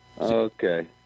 Okay